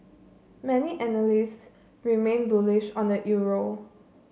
many analysts remain bullish on the euro